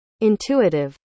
Intuitive